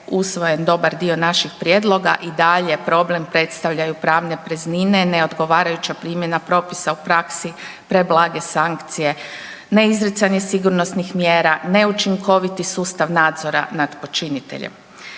usvojen dobar dio naših prijedloga i dalje problem predstavljaju pravne praznine, neodgovarajuća primjena propisa u praksi, preblage sankcije, neizricanje sigurnosnih mjera, neučinkoviti sustav nadzora nad počiniteljem.